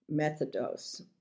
Methodos